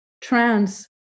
trans